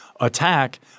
attack